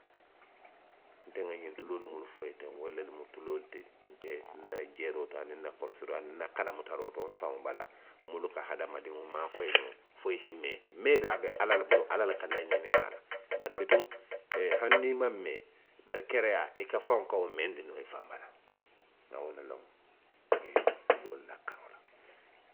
Nte nŋa ňiŋ tuloolu munnu fo i ye teŋ. wolu lemu tuloolu ti, nte nna jeeroo to aniŋ nna korosiroo aniŋ nna kalamutaroo to, nfaŋo bala, munnu kahadamadiŋo maakoyi noo fo i se i mee. Mee de a be ala le bulu, ala le ka lanňiniŋ a la. bari bituŋ. ee, hani niŋ maŋ mee. bari kereyaa i faŋo ka wo meendi noo i faŋo bala le. Nŋa wo le loŋ. ňiŋ tuloolu la karoo la.